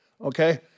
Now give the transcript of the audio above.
Okay